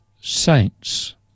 saints